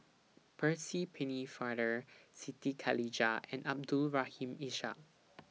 Percy Pennefather Siti Khalijah and Abdul Rahim Ishak